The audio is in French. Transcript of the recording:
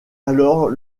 alors